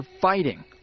fighting